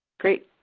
great.